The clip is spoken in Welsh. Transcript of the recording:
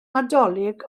nadolig